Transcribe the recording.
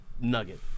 nugget